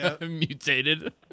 Mutated